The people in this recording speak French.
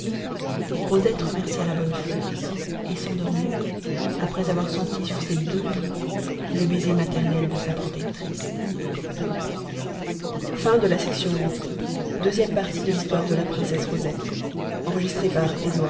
rosette remercia la bonne fée et s'endormit après avoir senti sur ses deux joues le baiser maternel de sa protectrice v troisième et dernière journée pendant que rosette